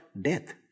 death